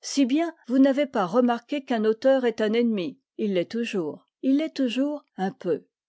si bien vous n'avez pas remarqué qu'un auteur est un ennemi il l'est toujours il l'est toujours un peu